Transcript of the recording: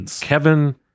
Kevin